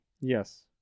Yes